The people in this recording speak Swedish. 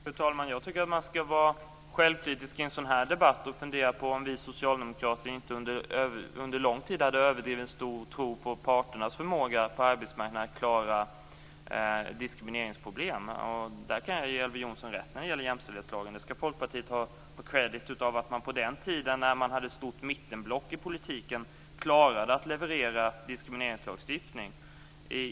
Fru talman! Jag tycker att man skall vara självkritisk i en sådan här debatt, och vi socialdemokrater kan fundera över om vi inte under lång tid hade en överdrivet stor tro på parternas förmåga att klara diskrimineringsproblem på arbetsmarknaden. Jag kan därvidlag ge Elver Jonsson rätt när det gäller jämställdhetslagen. Folkpartiet skall ha en eloge för att man under den tid när det fanns ett stort mittenblock i politiken klarade att leverera en diskrimineringslagstiftning.